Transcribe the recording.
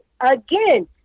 again